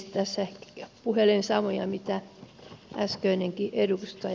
tässä puhelen samoja mitä äsköinenkin edustaja